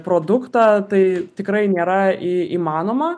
produktą tai tikrai nėra į įmanoma